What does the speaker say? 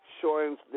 showing